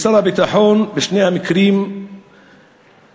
שר הביטחון בשני המקרים מסרב.